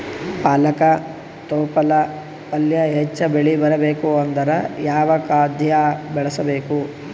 ಪಾಲಕ ತೊಪಲ ಪಲ್ಯ ಹೆಚ್ಚ ಬೆಳಿ ಬರಬೇಕು ಅಂದರ ಯಾವ ಖಾದ್ಯ ಬಳಸಬೇಕು?